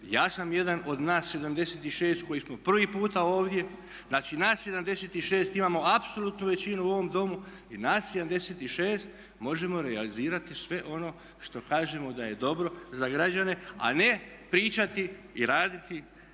ja sam jedan od nas 76 koji smo prvi puta ovdje. Znači nas 76 imamo apsolutnu većinu u ovom Domu i nas 76 možemo realizirati sve ono što kažemo da je dobro za građane, a ne pričati i raditi